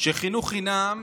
חינוך חינם,